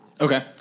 Okay